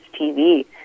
TV